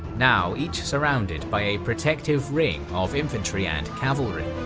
now each surrounded by a protective ring of infantry and cavalry.